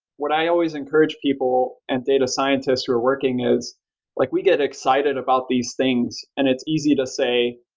what i always encourage people and data scientists who are working is like we get excited about these things and it's easy to say,